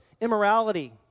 immorality